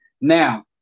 Now